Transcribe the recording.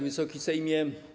Wysoki Sejmie!